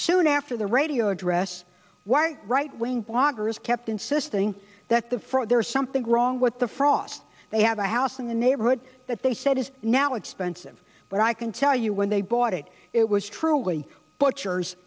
soon after the radio address why right wing bloggers kept insisting that the front there's something wrong with the frost they have a house in the neighborhood that they said is now expensive but i can tell you when they bought it it was truly a butcher